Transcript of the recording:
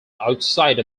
outside